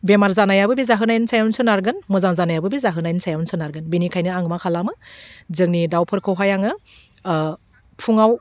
बेमार जानायाबो बे जाहोनायनि सायावनो सोनारगोन मोजां जानायाबो बे जाहोनायनि सायावनो सोनारगोन बेनिखायनो आङो मा खालामो जोंनि दाउफोरखौहाय आङो फुङाव